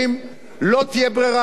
מי שיהיה שר האוצר הבא,